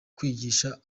kwigisha